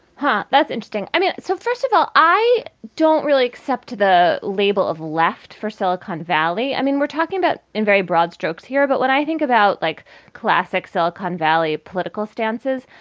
huh, that's interesting. i mean, so first of all, i don't really accept the label of left for silicon valley. i mean, we're talking about in very broad strokes here. but what i think about like classic silicon valley political stances,